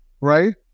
right